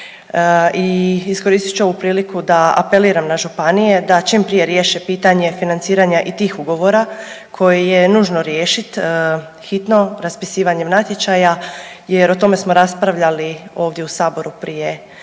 I iskoristit ću ovu priliku da apeliram na županije da čim prije riješe pitanje financiranja i tih ugovora koji je nužno riješit hitno raspisivanjem natječaja jer o tome smo raspravljali ovdje u Saboru prije